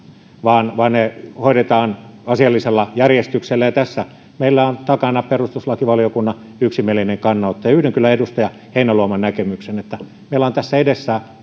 vaan vaan ne hoidetaan asiallisella järjestyksellä ja tässä meillä on takanamme perustuslakivaliokunnan yksimielinen kannanotto yhdyn kyllä edustaja heinäluoman näkemykseen että meillä on tässä edessämme vähän